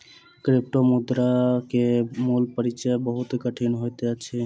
क्रिप्टोमुद्रा के मूल परिचय बहुत कठिन होइत अछि